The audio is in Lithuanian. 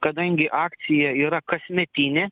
kadangi akcija yra kasmetinė